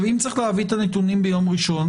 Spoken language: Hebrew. אם צריך להביא את הנתונים ביום ראשון,